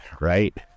right